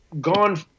gone